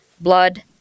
blood